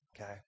Okay